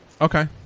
Okay